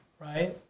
right